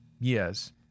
yes